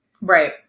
Right